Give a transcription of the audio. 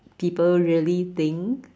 people really think